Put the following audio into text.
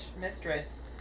mistress